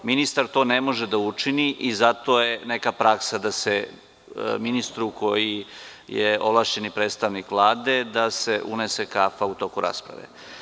Ministar to ne može da učini i zato je neka praksa da se ministru koji je ovlašćen predstavnik Vlade, da se unese kafa u toku rasprave.